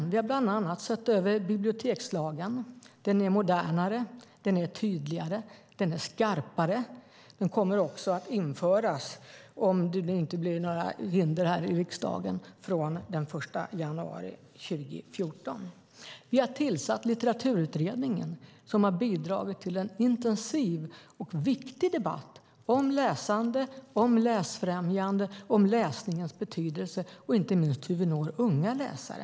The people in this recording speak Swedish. Vi har bland annat sett över bibliotekslagen. Den är modernare, tydligare och skarpare, och om det inte blir några hinder i riksdagen kommer den att införas den 1 januari 2014. Vi har tillsatt Litteraturutredningen, som har bidragit till en intensiv och viktig debatt om läsande, läsfrämjande, läsningens betydelse och, inte minst, hur vi når unga läsare.